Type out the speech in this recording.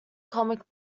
comic